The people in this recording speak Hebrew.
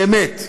באמת,